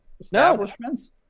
establishments